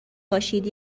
باشید